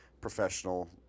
professional